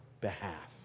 behalf